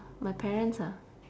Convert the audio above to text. my parents ah